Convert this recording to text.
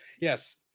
yes